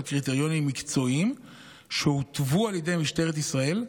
קריטריונים מקצועיים שהותוו על ידי משטרת ישראל,